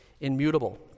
Immutable